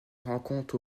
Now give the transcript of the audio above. rencontre